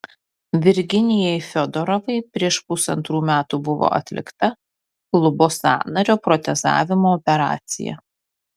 virginijai fiodorovai prieš pusantrų metų buvo atlikta klubo sąnario protezavimo operacija